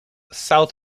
south